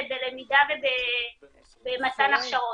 בלמידה ובמתן הכשרות.